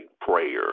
prayer